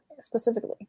specifically